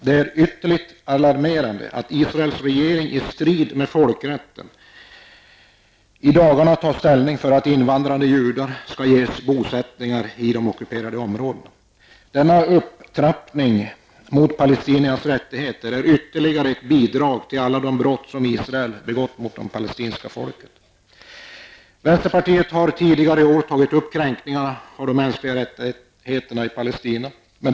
Det är ytterligt alarmerande att Israels regering, i strid med folkrätten, i dagarna tar ställning för att invandrande judar skall ges bosättningar i de ockuperade områdena. Denna upptrappning mot palestiniernas rättigheter är ytterligare ett bidrag till alla de brott som Israel har begått mot det palestinska folket. Vänsterpartiet har tidigare i år tagit upp kränkningarna av de mänskliga rättigheterna i Palestina.